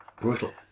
Brutal